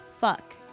fuck